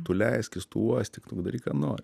tu leiskis tu uostyk tu daryk ką nori